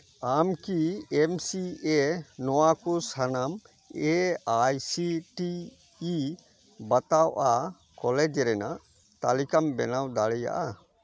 ᱟᱢ ᱠᱤ M C A ᱱᱚᱣᱟ ᱠᱚ ᱥᱟᱱᱟᱢ A I C T E ᱵᱟᱛᱟᱜᱼᱟ ᱠᱚᱞᱮᱡᱽ ᱨᱮᱱᱟᱜ ᱛᱟᱹᱞᱤᱠᱟᱢ ᱵᱮᱱᱟᱣ ᱫᱟᱲᱮᱭᱟᱜᱼᱟ